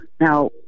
Now